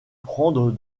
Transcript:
prendre